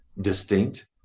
distinct